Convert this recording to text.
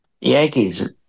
Yankees